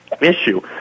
issue